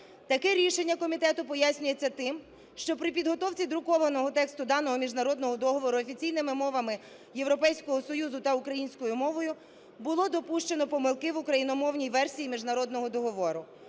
Таке рішення комітету пояснюється тим, що при підготовці друкованого тексту даного міжнародного договору офіційними мовами Європейського Союзу та українською мовою було допущено помилки в україномовній версії міжнародного договору.